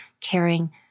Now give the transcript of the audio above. caring